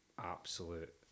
absolute